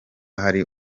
hari